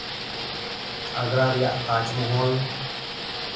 ᱟᱜᱽᱨᱟ ᱨᱮᱭᱟᱜ ᱛᱟᱡᱢᱚᱦᱚᱞ